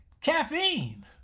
caffeine